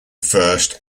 first